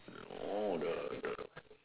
oh the the